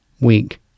weak